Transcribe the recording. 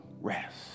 rest